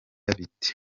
biti